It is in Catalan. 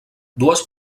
dues